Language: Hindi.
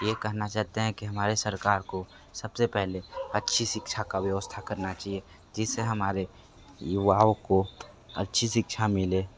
ये कहना चाहते हैं कि हमारे सरकार को सब से पहले अच्छी शिक्षा की व्यवस्था करनी चाहिए जिससे हमारे युवाओं को अच्छी शिक्षा मिले